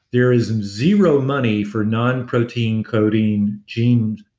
there is zero money for nonprotein coating gene